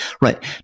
Right